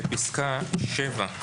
פסקה (7)